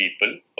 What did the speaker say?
people